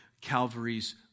Calvary's